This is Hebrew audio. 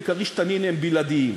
וב"כריש" "תנין" הם בלעדיים.